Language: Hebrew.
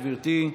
גברתי,